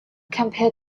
compare